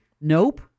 Nope